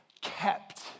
kept